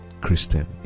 christian